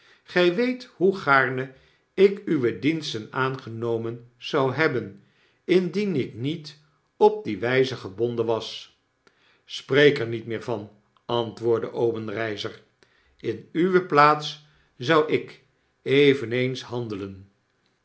gy weet hoe gaarne ik uwe diensten aangenomen zou hebben indien ik niet op die wyze gebonden was spreek er niet meer van antwoordde obenreizer in uwe plaats zou ik eveneens handelen